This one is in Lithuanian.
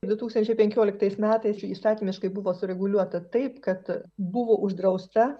du tūkstančiai penkioliktais metais įstatymiškai buvo sureguliuota taip kad buvo uždrausta